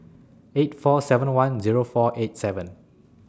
eight four seven one Zero four eight seven